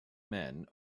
men